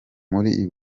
muri